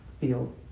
feel